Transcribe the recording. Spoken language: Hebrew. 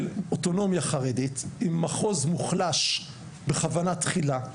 של אוטונומיה חרדית, עם מחוז מוחלש בכוונה תחילה.